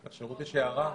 לשירות יש הערה?